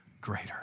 greater